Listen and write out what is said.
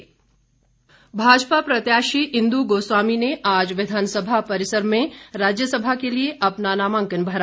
नामांकन भाजपा प्रत्याशी इंदु गोस्वामी ने आज विधानसभा परिसर में राज्यसभा के लिए अपना नामांकन भरा